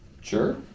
Sure